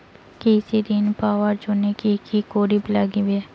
কৃষি ঋণ পাবার জন্যে কি কি করির নাগিবে?